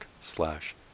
slash